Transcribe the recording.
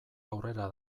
aurrera